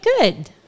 good